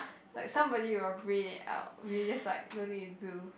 like somebody will print it out we just like don't need do